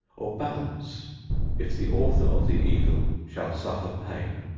or balanced if the author of the evil shall suffer pain.